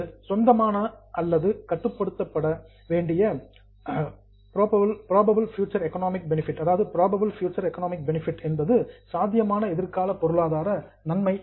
இது சொந்தமான அல்லது கட்டுப்படுத்தப்பட்ட புரோபப்ல் ஃபியூச்சர் எக்கனாமிக் பெனிபிட் சாத்தியமான எதிர்கால பொருளாதார நன்மை